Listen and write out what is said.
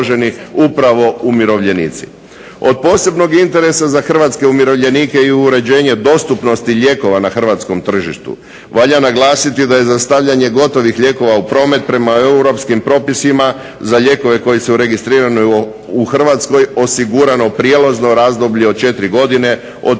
žive u Hrvatskoj